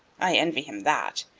i envy him that.